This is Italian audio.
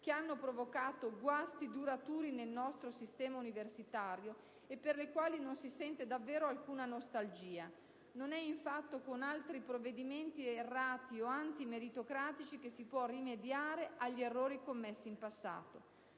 che hanno provocato guasti duraturi nel nostro sistema universitario e per le quali non si sente davvero alcuna nostalgia: non è infatti con altri provvedimenti errati o antimeritocratici che si può rimediare agli errori commessi in passato.